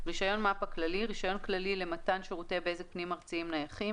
"רישיון מפ"א כללי" רישיון כללי למתן שירותי בזק פנים-ארציים נייחים,